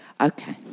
Okay